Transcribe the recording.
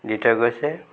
দি থৈ গৈছে